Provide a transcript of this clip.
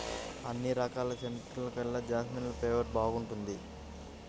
అన్ని రకాల సెంటుల్లోకెల్లా జాస్మిన్ ఫ్లేవర్ బాగుంటుంది